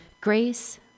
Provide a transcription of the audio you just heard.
Grace